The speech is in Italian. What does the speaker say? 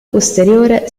posteriore